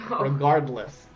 regardless